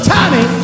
Tommy